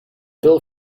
bill